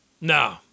No